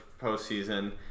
postseason